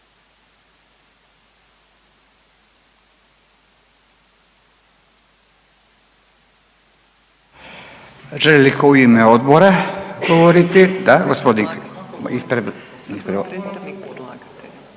Želi li tko u ime odbora govoriti? Da, gospodin ispred, prije predlagatelja,